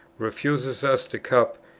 refuses us the cup,